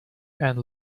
and